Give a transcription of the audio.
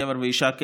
גבר ואישה כאחד,